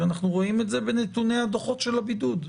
ואנחנו רואים את זה בנתוני הדוחות של הבידוד.